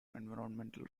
environmental